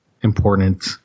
important